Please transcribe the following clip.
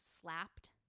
slapped